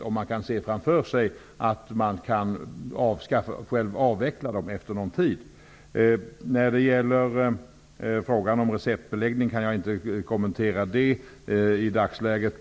Djurägarna kan själva avskaffa dressörerna efter någon tid. Frågan om receptbeläggning kan jag inte kommentera i dagsläget.